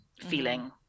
feeling